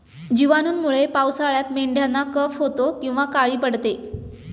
जिवाणूंमुळे पावसाळ्यात मेंढ्यांना कफ होतो किंवा काळी पडते